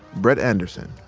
brett anderson,